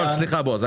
סליחה בועז,